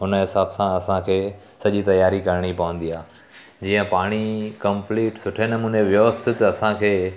उन हिसाब सां असांखे सॼी तयारी करणी पवंदी आहे जीअं पाणी कम्पलीट सुठे नमूने व्यवस्थित असांखे